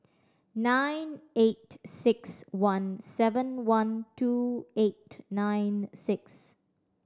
nine eight six one seven one two eight nine six